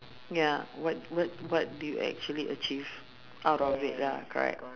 ya what what what do you actually achieve out of it lah correct